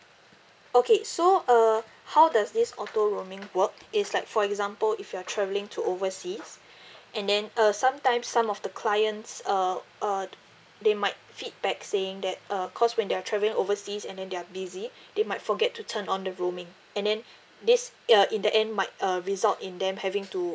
okay so uh how does this auto roaming work it's like for example if you're travelling to overseas and then uh some time some of the clients uh uh they might feedback saying that uh because when they're traveling overseas and then they're busy they might forget to turn on the roaming and then this ya in the end might uh result in them having to